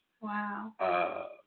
Wow